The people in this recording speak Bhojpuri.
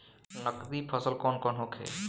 नकदी फसल कौन कौनहोखे?